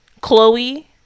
Chloe